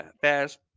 fast